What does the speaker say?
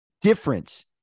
difference